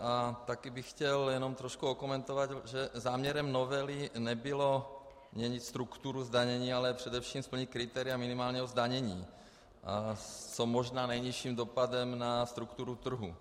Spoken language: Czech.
A taky bych chtěl jenom trošku okomentovat, že záměrem novely nebylo měnit strukturu zdanění, ale především splnit kritéria minimálního zdanění s co možná nejnižším dopadem na strukturu trhu.